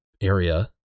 area